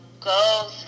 go